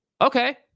Okay